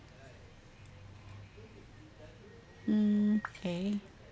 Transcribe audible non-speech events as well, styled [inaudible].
mm [noise] okay